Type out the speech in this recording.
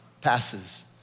passes